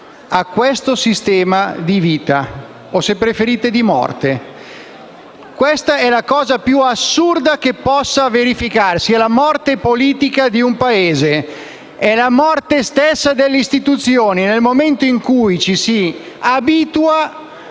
a questo sistema di vita, o se preferite, di morte. È la cosa più assurda che possa verificarsi, è la morte politica di un Paese. È la morte stessa delle istituzioni, nel momento in cui ci si abitua